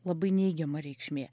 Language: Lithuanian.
labai neigiama reikšmė